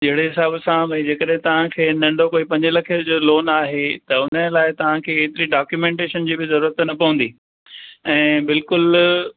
जहिड़े हिसाब सां भई जेकॾहिं तव्हांखे नंढो कोई पंजे लखे जो लोन आहे त हुनजे लाइ तव्हांखे हेतिरी डॉक्यूमेंटेशन जी बि ज़रूरत न पवंदी ऐं बिल्कुलु